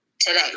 today